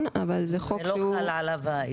זה לא חל עליו האיזוק.